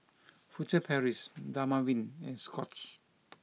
Furtere Paris Dermaveen and Scott's